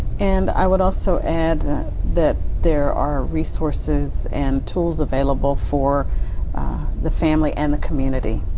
and i would also add that there are resources and tools available for the family and the community,